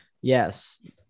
Yes